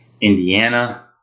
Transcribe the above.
Indiana